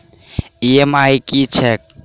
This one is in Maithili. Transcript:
ई.एम.आई की छैक?